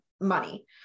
money